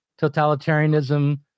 totalitarianism